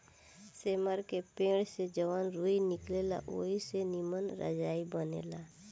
सेमर के पेड़ से जवन रूई निकलेला ओई से निमन रजाई बनेला